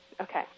okay